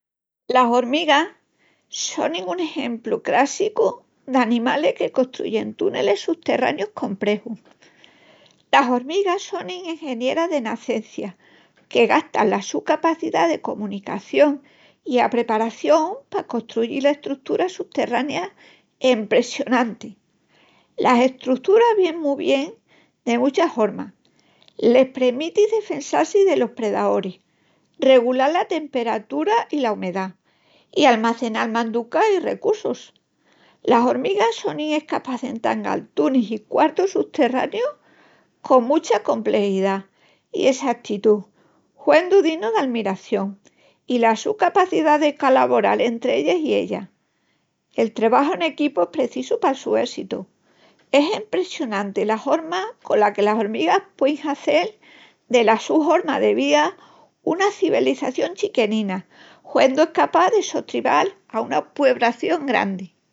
Las hormigas sonin un exempru crássicu d'animalis que costruyin túnelis suterráneus comprexus. Las hormigas sonin engenieras de nacencia que gastan la su capacidá de comunicación i apreparación pa costruyil estruturas suterráneas empresionantis. Estas estruturas vien mu bien de muchas hormas, les premitin defensal-si delos predaoris, regulal la temperatura i la umedá, i almacenal manduca i recussus. Las hormigas sonin escapás de entangal tunis i quartus suterráneus con mucha comprexidá i essatitú huendu estu dinu d'almiración, i la su capacidá de calavoral entri ellas i ellas, el trebaju en equipu es precisu pal su éssitu. Es empresionanti la horma cola que las hormigas puein hazel dela su horma de vía una civelización chiquenina huendu escapás de sostribal a una puebración grandi.